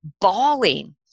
bawling